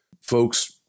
folks